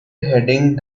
heading